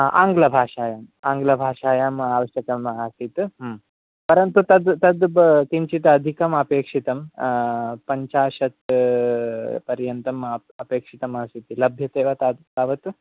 आङ्गलभाषायाम् आङ्गलभाषायाम् आवश्यकम् आसीत् परन्तु तद् तद् किञ्चिद् अधिकम् अपेक्षितम् पञ्चाशत् पर्यन्तम् अपेक्षितम् आसीत् लभ्यते वा तावद्